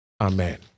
Amen